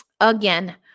again